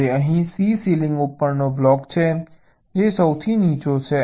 હવે અહીં C ceiling ઉપરનો બ્લોક છે જે સૌથી નીચો છે